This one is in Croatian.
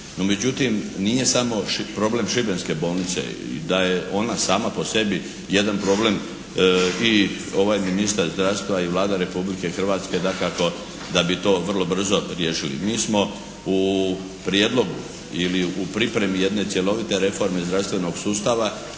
međutim, nije samo problem šibenske bolnice. Da je ona sama po sebi jedan problem i ovaj ministar zdravstva i Vlada Republike Hrvatske dakako da bi to vrlo brzo riješili. Mi smo u prijedlogu ili u pripremi jedne cjelovite reforme zdravstvenog sustava